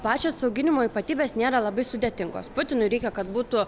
pačios auginimo ypatybės nėra labai sudėtingos putinui reikia kad būtų